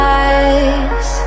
eyes